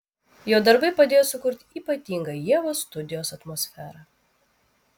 jo darbai padėjo sukurti ypatingą ievos studijos atmosferą